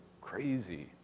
crazy